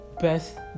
best